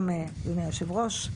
גם לאדוני היושב-ראש,